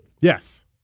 yes